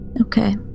Okay